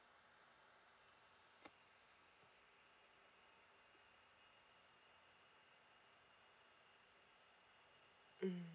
mm